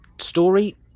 story